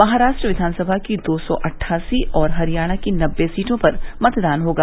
महाराष्ट्र विधानसभा की दो सौ अद्गासी और हरियाणा की नब्बे सीटों पर मतदान होगा